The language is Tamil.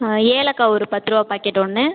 ஏலக்காய் ஒரு பத்துருபா பாக்கெட் ஒன்று